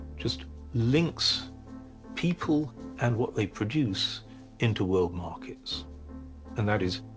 just links people and what they produce into world markets and that is